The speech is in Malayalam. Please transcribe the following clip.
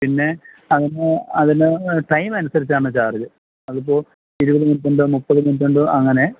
പിന്നെ അതിന് അതിന് ടൈം അനുസരിച്ചാണ് ചാർജ് അതിപ്പോൾ ഇരുപത് മിനിറ്റ് ഉണ്ട് മുപ്പത് മിനിറ്റ് ഉണ്ട് അങ്ങനെ